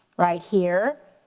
right here,